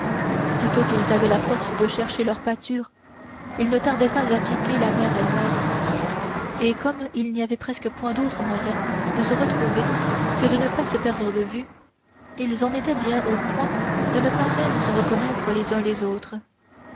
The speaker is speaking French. sitôt qu'ils avaient la force de chercher leur pâture ils ne tardaient pas à quitter la mère elle-même et comme il n'y avait presque point d'autre moyen de se retrouver que de ne pas se perdre de vue ils en étaient bientôt au point de ne pas même se reconnaître les uns les autres